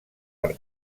per